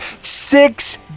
Six